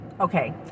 okay